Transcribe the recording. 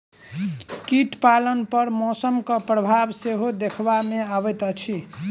कीट पालन पर मौसमक प्रभाव सेहो देखबा मे अबैत अछि